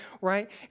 right